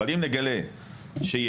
אבל אם נגלה שיש,